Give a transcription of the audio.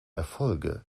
erfolge